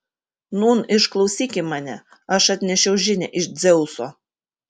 nūn išklausyki mane aš atnešiau žinią iš dzeuso